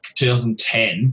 2010